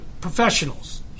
Professionals